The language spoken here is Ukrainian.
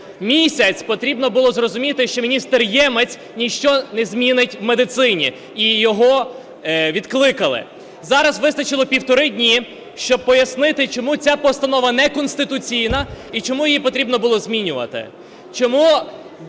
Місяць потрібно було зрозуміти, що міністр Ємець ніщо не змінить в медицині, і його відкликали. Зараз вистачило півтори дні, щоб пояснити чому ця постанова неконституційна і чому її потрібно було змінювати.